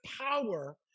power